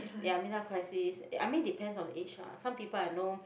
ya mid life crisis uh I mean depends on the age ah some people I know